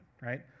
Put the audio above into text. right